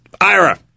Ira